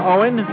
Owen